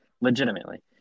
Legitimately